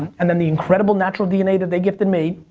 and then the incredible natural dna that they gifted me,